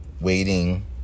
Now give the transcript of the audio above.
waiting